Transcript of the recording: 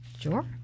sure